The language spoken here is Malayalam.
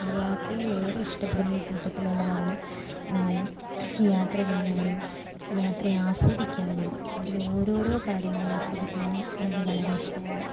യാത്രയെ ഏറെ ഇഷ്ടപ്പെടുന്ന ഒരു കൂട്ടത്തിലുള്ളതാണ് ഞാൻ യാത്ര ചെയ്യാനും യാത്രയെ ആസ്വദിക്കാനും അതിലോരോരോ കാര്യങ്ങളാസ്വദിക്കാനും എനിക്ക് വളരെ ഇഷ്ടമാണ്